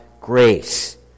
grace